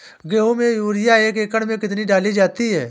गेहूँ में यूरिया एक एकड़ में कितनी डाली जाती है?